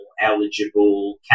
eligible